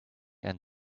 and